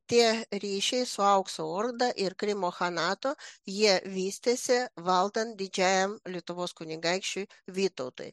tie ryšiai su aukso orda ir krymo chanatu jie vystėsi valdant didžiajam lietuvos kunigaikščiui vytautui